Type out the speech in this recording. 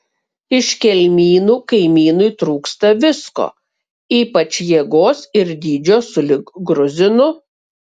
iš kelmynų kaimynui trūksta visko ypač jėgos ir dydžio sulig gruzinu